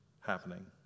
happening